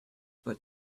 but